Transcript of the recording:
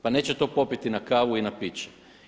Pa neće to popiti na kavu i na piće.